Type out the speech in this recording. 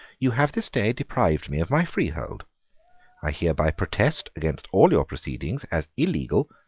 you have this day deprived me of my freehold i hereby protest against all your proceedings as illegal,